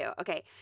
Okay